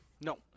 No